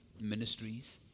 ministries